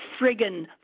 friggin